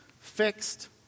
fixed